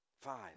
Five